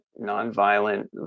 nonviolent